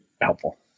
helpful